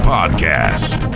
Podcast